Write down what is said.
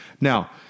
Now